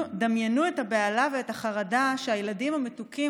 דמיינו את הבהלה ואת החרדה כשהילדים המתוקים